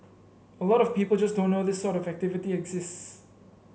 a lot of people just don't know this sort of activity exists